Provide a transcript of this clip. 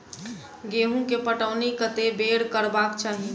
गेंहूँ केँ पटौनी कत्ते बेर करबाक चाहि?